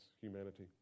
humanity